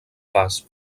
pas